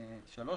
(3),